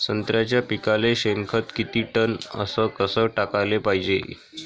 संत्र्याच्या पिकाले शेनखत किती टन अस कस टाकाले पायजे?